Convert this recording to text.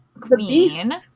queen